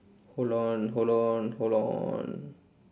hold on hold on hold on